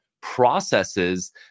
processes